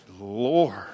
Lord